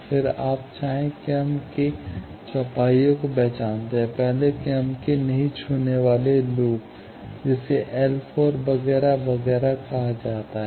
फिर आप पहले क्रम के चौपाइयों को पहचानते हैं पहले क्रम के नहीं छूने वाले लूप जिसे L वगैरह वगैरह कहा जाता है